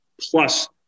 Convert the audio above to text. plus